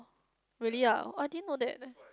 really ah I didn't know that